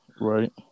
Right